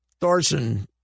Thorson